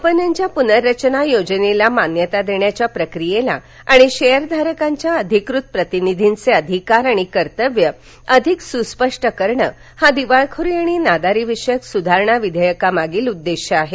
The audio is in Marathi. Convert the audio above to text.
कंपन्यांच्या पुनर्रचना योजनेला मान्यता देण्याच्या प्रक्रियेला आणि शेयर धारकांच्या अधिकृत प्रतिनिधींचे अधिकार आणि कर्तव्य अधिक सुस्पष्ट करणं हा दिवाळखोरी आणि नादारी विषयक सुधारणा विधेयकामागील उद्देश्य आहे